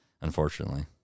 unfortunately